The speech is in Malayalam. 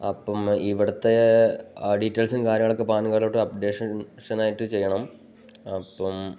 അപ്പം ഇവിടുത്തെ ഡീറ്റെയിൽസും കാര്യങ്ങളുമൊക്കെ പാന് കാര്ഡിലേക്ക് അപ്ഡേഷനായിട്ട് ചെയ്യണം അപ്പം